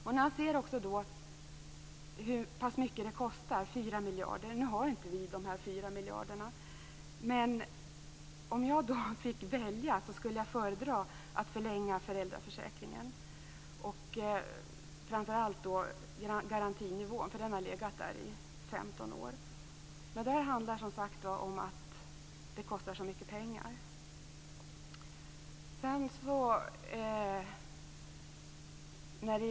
Jag ser hur pass mycket det kostar, 4 miljarder, och nu har vi inte dessa 4 miljarder. Om jag vi fick välja skulle jag föredra att förlänga föräldraförsäkringen, framför allt garantinivån som legat på samma nivå i 15 år. Det handlar som sagt om att det kostar så mycket pengar.